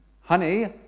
Honey